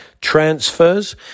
transfers